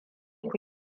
ku